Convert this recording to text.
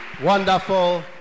wonderful